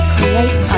Create